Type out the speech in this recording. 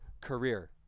career